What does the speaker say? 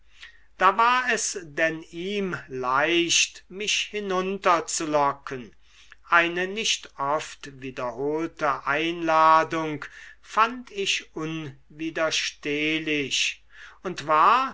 da war es denn ihm leicht mich hinunterzulocken eine nicht oft wiederholte einladung fand ich unwiderstehlich und war